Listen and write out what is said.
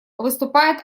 выступает